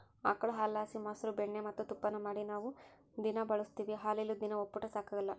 ಆಕುಳು ಹಾಲುಲಾಸಿ ಮೊಸ್ರು ಬೆಣ್ಣೆ ಮತ್ತೆ ತುಪ್ಪಾನ ಮಾಡಿ ನಾವು ದಿನಾ ಬಳುಸ್ತೀವಿ ಹಾಲಿಲ್ಲುದ್ ದಿನ ಒಪ್ಪುಟ ಸಾಗಕಲ್ಲ